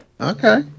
Okay